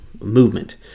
movement